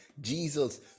Jesus